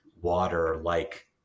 water-like